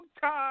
Time